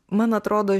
man atrodo